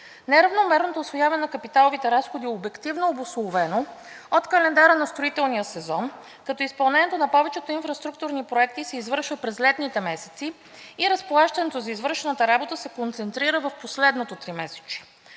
Неравномерното усвояване на капиталовите разходи е обективно обусловено от календара на строителния сезон, като изпълнението на повечето инфраструктурни проекти се извършва през летните месеци и разплащането за извършената работа се концентрира в последното 3-месечие.